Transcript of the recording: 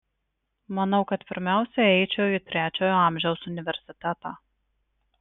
manau kad pirmiausia eičiau į trečiojo amžiaus universitetą